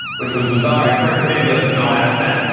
which was bizarre, in perfect english with no accent,